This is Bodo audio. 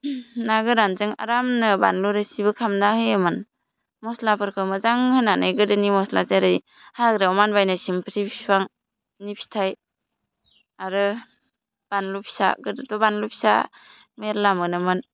ना गोरानजों आरामनो बानलु रोसिबो खालामना होयोमोन मस्लाफोरखौ मोजां होनानै गोदोनि मस्ला जेरै हाग्रायाव मानबायनाय सिमफ्रि फिफांनि फिथाइ आरो बानलु फिसा गोदोथ' बानलु फिसा मेरला मोनोमोन